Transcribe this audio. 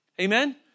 Amen